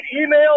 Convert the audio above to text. email